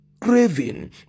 craving